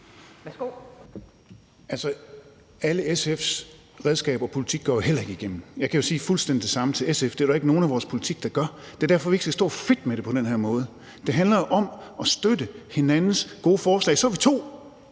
alle SF's redskaber og al deres politik går jo heller ikke igennem. Jeg kan sige fuldstændig det samme til SF. Det er der jo ikke nogen af vores politikker, der gør. Det er derfor, vi ikke skal stå og fedte med det på den her måde. Det handler om at støtte hinandens gode forslag – så er vi to,